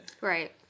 Right